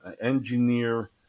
engineer